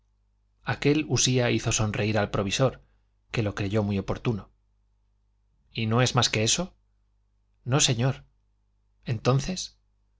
aquel usía hizo sonreír al provisor que lo creyó muy oportuno y no es más que eso no señor entonces